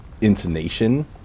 intonation